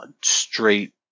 straight